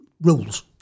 rules